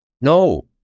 No